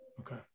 okay